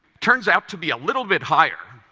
turns out to be a little bit higher.